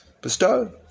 Bestow